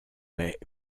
mais